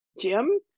Jim